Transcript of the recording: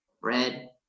red